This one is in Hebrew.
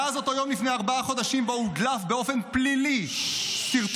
מאז אותו יום לפני ארבעה חודשים שבו הודלף באופן פלילי סרטון